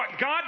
God